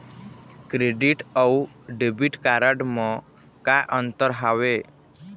Credit अऊ debit card म का अंतर हावे?